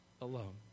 alone